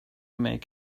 make